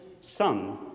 son